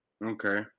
Okay